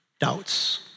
doubts